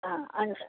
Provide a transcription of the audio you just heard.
ஆ ஆ